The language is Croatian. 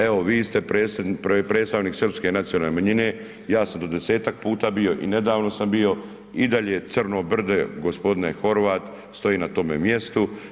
Evo vi ste predstavnik srpske nacionalne manjine, ja sam do 10-tak puta bio i nedavno sam bio i dalje je Crno brdo gospodine Horvat stoji na tome mjestu.